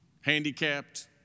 handicapped